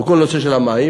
בכל הנושא של המים,